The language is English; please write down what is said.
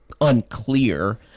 unclear